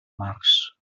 març